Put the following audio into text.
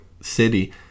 City